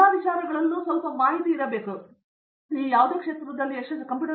professor V